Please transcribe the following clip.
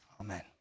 Amen